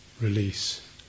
release